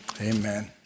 Amen